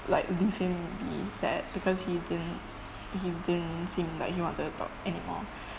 like leave him be sad because he didn't he didn't seem like he wanted to talk anymore